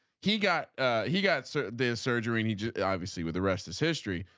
he got he got so the surgery. and he obviously with the rest is history.